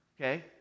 okay